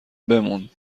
بمون